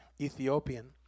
Ethiopian